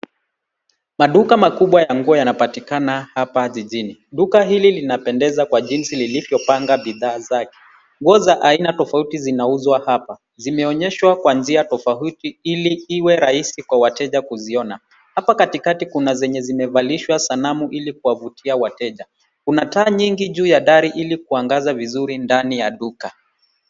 Maduka makubwa ya nguo yanapatikana hapa jijini. Duka hili linapendeza kwa jinsi lilivyopanga bidhaa zake. Nguo za aina tofauti zinauzwa hapa. Zimeonyeshwa kwa njia tofauti ili iwe rahisi kwa wateja kuziona. Hapa katikati kuna zenye zimevalishwa sanamu ilikuwavutia wateja. Kuna taa nyingi juu ya dari ilikuangaza vizuri ndani ya duka.